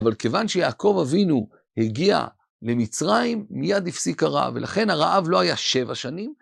אבל כיוון שיעקב אבינו הגיע למצרים, מיד הפסיק הרעב, ולכן הרעב לא היה שבע שנים.